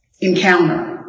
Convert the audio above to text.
encounter